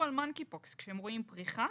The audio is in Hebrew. על אבעבועות הקוף כשהם רואים פריחה,